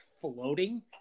floating –